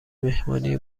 مهمانی